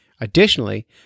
Additionally